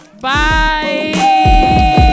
bye